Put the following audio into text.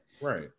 Right